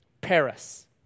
Paris